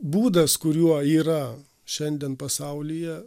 būdas kuriuo yra šiandien pasaulyje